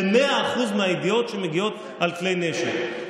ל-100% הידיעות שמגיעות על כלי נשק.